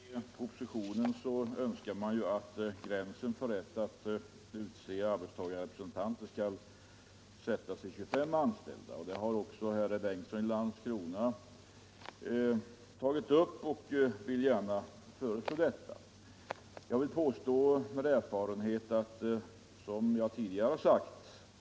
Herr talman! I propositionen önskar man att gränsen för rätt att utse arbetstagarrepresentanter skall sättas vid 25 anställda, och det har också herr Bengtsson i Landskrona talat för. Som jag tidigare sagt är den gränsen enligt min erfarenhet alltför låg.